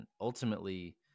ultimately